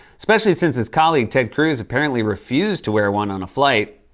especially since his colleague ted cruz apparently refused to wear one on a flight.